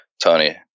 Tony